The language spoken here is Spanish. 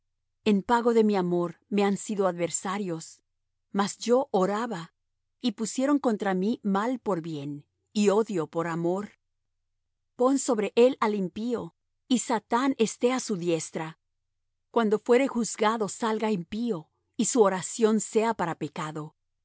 en pago de mi amor me han sido adversarios mas yo oraba y pusieron contra mí mal por bien y odio por amor pon sobre él al impío y satán esté á su diestra cuando fuere juzgado salga impío y su oración sea para pecado